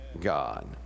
God